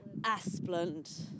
asplund